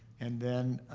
and then